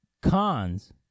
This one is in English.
Cons